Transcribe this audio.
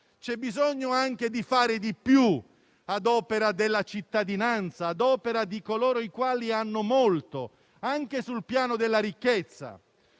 C'è bisogno anche di fare di più ad opera della cittadinanza, ad opera di coloro i quali hanno molto, anche sul piano della ricchezza.